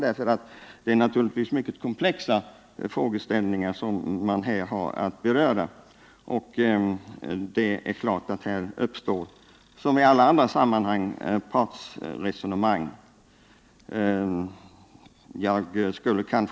Man har ju här att ta ställning till mycket komplexa frågeställningar, och det är klart att det här som i alla andra sådana sammanhang måste föras partsresonemang.